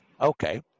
Okay